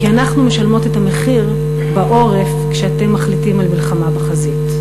כי אנחנו משלמות את המחיר בעורף כשאתם מחליטים על מלחמה בחזית.